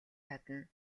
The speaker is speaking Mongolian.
чадна